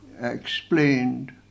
explained